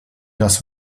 das